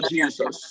Jesus